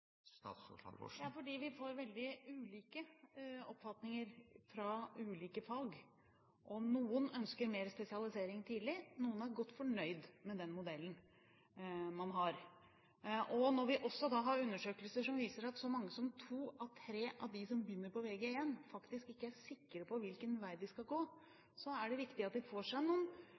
fordi vi får veldig ulike oppfatninger fra ulike fag. Noen ønsker mer spesialisering tidlig, noen er godt fornøyd med den modellen man har. Når vi også har undersøkelser som viser at så mange som to av tre av dem som begynner på Vg1, faktisk ikke er sikre på hvilken vei de skal gå, er det viktig at de får noen